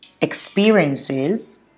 experiences